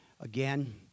Again